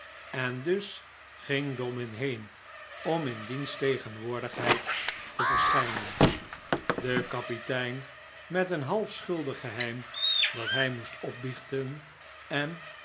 en dus ging dobbin heen om in diens tegenwoordigheid te verschijnen de kapitein met een half schuldig geheim dat hij moest opbiechten en